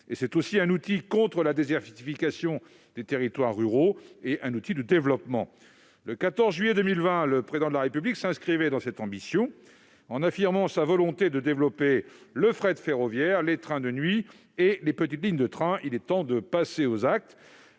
s'agit aussi d'un outil contre la désertification des territoires ruraux et de développement. Le 14 juillet 2020, le Président de la République affirmait cette ambition en déclarant qu'il voulait développer le fret ferroviaire, les trains de nuit et les petites lignes de train. Il est temps de passer aux actes.